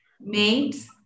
mates